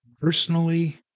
personally